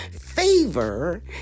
Favor